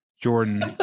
Jordan